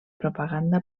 propaganda